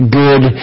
good